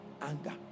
anger